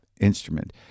instrument